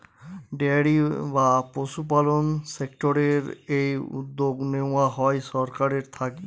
dairy বা পশুপালন সেক্টরের এই উদ্যোগ নেওয়া হয় সরকারের থেকে